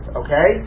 okay